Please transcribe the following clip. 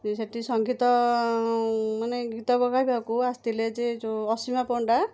ସେଇଟି ସଙ୍ଗୀତ ମାନେ ଗୀତ ଗାଇବାକୁ ଆସିଥିଲେ ଯେ ଯେଉଁ ଅସୀମା ପଣ୍ଡା